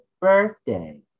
birthday